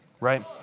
right